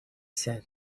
said